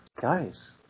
Guys